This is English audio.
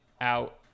out